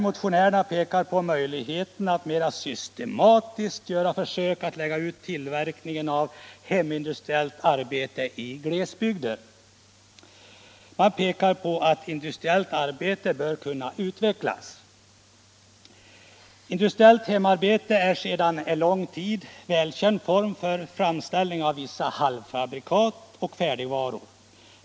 Motionärerna pekar på möjligheterna att mera systematiskt göra försök att lägga ut tillverkning av hemindustriellt slag i glesbygder och säger att detta arbete bör kunna utvecklas. Industriellt hemarbete är sedan lång tid en välkänd form för framställning av vissa halvfabrikat och vissa färdigvaror.